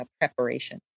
preparation